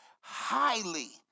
highly